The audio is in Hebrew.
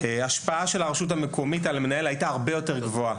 ההשפעה של הרשות המקומית על המנהל הייתה הרבה יותר גבוהה,